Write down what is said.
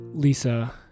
Lisa